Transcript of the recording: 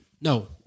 No